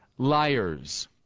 Liars